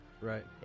Right